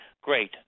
Great